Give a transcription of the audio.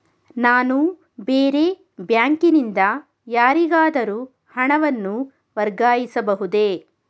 ನಾನು ಬೇರೆ ಬ್ಯಾಂಕಿನಿಂದ ಯಾರಿಗಾದರೂ ಹಣವನ್ನು ವರ್ಗಾಯಿಸಬಹುದೇ?